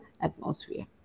atmosphere